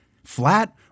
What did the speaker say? Flat